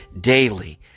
daily